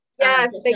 yes